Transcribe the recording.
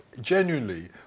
genuinely